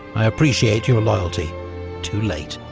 i appreciate your loyalty too late.